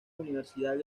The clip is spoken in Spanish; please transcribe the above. universidad